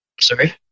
Sorry